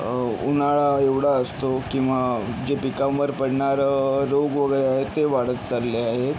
उन्हाळा एवढा असतो किंवा जे पिकांवर पडणार रोग वगैरे आहे ते वाढत चालले आहेत